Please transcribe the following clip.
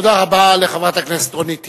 תודה רבה לחברת הכנסת רונית תירוש.